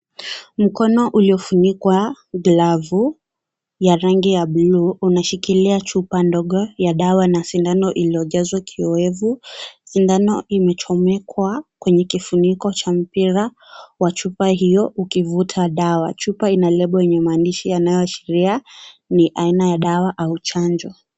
Mkono uliofunikwa glavu, ya rangi ya bluu, unashikilia chupa ndogo ya dawa na sindano iliyojazwa kiyowevu. Sindano imechomekwa kwenye kifuniko cha mpira wa chupa hiyo, ukivuta dawa. Chupa ina lebo yenye maandishi yanayoashiria ni aina ya dawa au chanjo.